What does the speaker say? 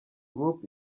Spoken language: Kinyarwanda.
group